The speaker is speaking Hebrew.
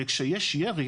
וכשיש ירי,